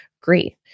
great